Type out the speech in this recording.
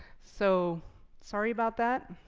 so sorry about that.